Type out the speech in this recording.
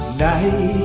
night